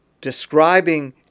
describing